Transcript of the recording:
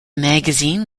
magazine